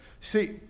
See